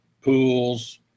pools